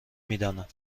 میدانند